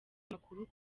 amakuru